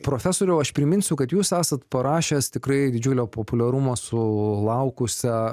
profesoriau aš priminsiu kad jūs esat parašęs tikrai didžiulio populiarumo sulaukusią